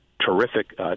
terrific